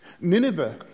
Nineveh